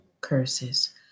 curses